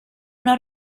una